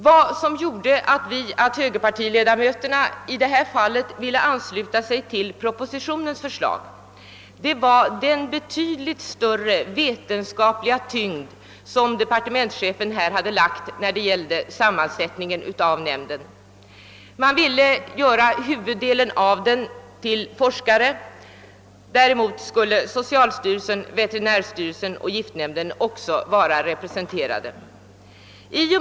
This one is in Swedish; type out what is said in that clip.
Vad som gjorde att högerpartiledamöterna i detta fall ville ansluta sig till propositionens förslag var den betydligt större vetenskapliga tyngd som departementschefen velat ge nämnden. Han ville att huvuddelen av ledamöterna skall vara forskare. Även socialstyrelsen, veterinärstyrelsen och giftnämnden skall vara representerade.